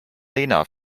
lena